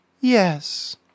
yes